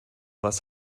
was